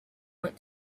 want